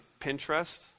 Pinterest